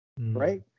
Right